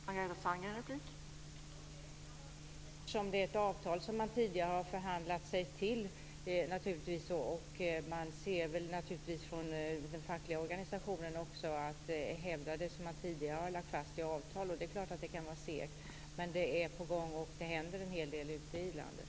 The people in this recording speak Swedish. Fru talman! Ja, det kan vara segt eftersom det är ett avtal som man tidigare har förhandlat sig till. Från den fackliga organisationen hävdar man naturligtvis det som tidigare har lagts fast i avtal, och det är klart att det då kan vara segt. Men det är på gång, och det händer en del ute i landet.